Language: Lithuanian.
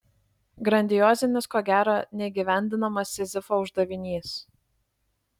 grandiozinis ko gero neįgyvendinamas sizifo uždavinys